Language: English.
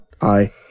Hi